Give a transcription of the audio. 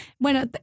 Bueno